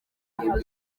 ingendo